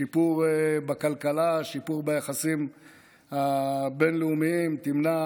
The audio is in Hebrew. שיפור בכלכלה, שיפור ביחסים הבין-לאומיים, תמנע